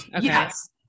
Yes